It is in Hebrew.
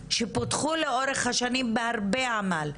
שפותחו לאורך השנים בהרבה עמל,